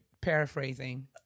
paraphrasing